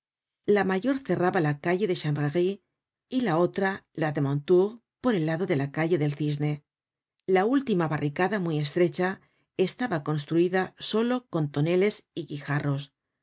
la mayor cerraba la calle de la chanvrerie y la otra la de mondetour por el lado de la calle del cisne esta líltima barricada muy estrecha estaba construida solo con toneles y guijarros